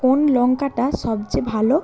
কোন লঙ্কাটা সবচেয়ে ভালো